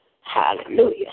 Hallelujah